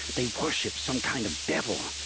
they worship some kind of devil!